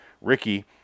Ricky